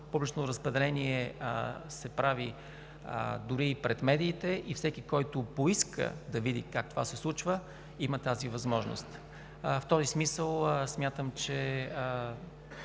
публичното разпределение се прави дори и пред медиите, и всеки, който поиска да види как това се случва, има тази възможност. В този смисъл смятам, че